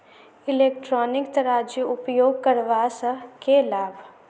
Electronic तराजू उपयोग करबा सऽ केँ लाभ?